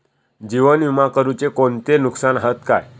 जीवन विमा करुचे कोणते नुकसान हत काय?